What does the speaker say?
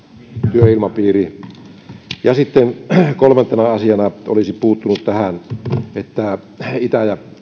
työilmapiiri sitten kolmantena asiana olisin puuttunut tähän itä ja